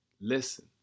Listen